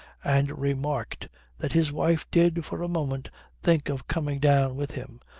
and remarked that his wife did for a moment think of coming down with him,